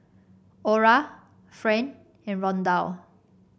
Ora Friend and Rondal